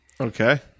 Okay